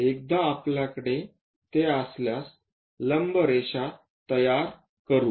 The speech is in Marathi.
एकदा आपल्याकडे ते असल्यास लंब रेषा तयार करू